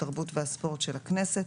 התרבות והספורט של הכנסת,